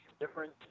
different